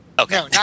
okay